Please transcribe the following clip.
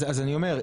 אז אני אומר,